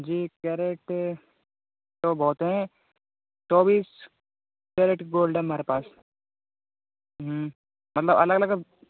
जी carat तो बहुत हैं चौबीस केरेट गोल्ड है हमारे पास मतलब अलग अलग